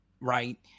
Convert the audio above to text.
right